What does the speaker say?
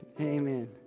Amen